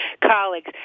colleagues